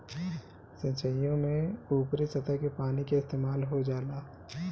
सिंचाईओ में ऊपरी सतह के पानी के इस्तेमाल हो जाला